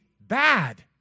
bad